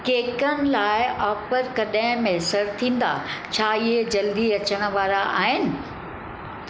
केकनि लाइ ऑफर कॾहिं मुयसरु थींदा छा इहे जल्दी अचण वारा आहिनि